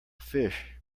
fish